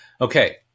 Okay